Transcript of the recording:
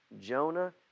Jonah